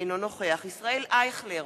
אינו נוכח ישראל אייכלר,